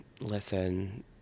listen